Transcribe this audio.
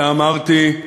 אמרתי: